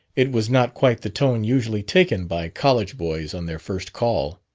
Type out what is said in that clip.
it was not quite the tone usually taken by college boys on their first call.